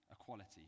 Equality